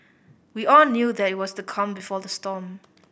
we all knew that it was the calm before the storm